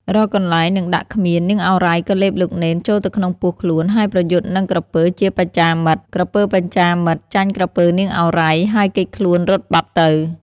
រកកន្លែងនឹងដាក់គ្មាន នាងឱរ៉ៃ ក៏លេបលោកនេន ចូលទៅក្នុងពោះខ្លួនហើយប្រយុទ្ធនឹងក្រពើជាបច្ចាមិត្ត ។ ក្រពើបច្ចាមិត្ត ចាញ់ក្រពើនាងឱរ៉ៃ ហើយគេចខ្លួន រត់បាត់ទៅ ។